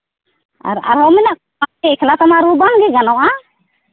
ᱟᱨ ᱟᱨᱦᱚᱸ ᱢᱮᱱᱟᱜ ᱮᱠᱞᱟ ᱛᱮᱢᱟ ᱨᱩ ᱵᱟᱝᱜᱮ ᱜᱟᱱᱚᱜᱼᱟ